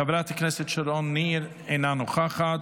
חברת הכנסת שרון ניר, אינה נוכחת.